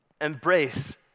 Embrace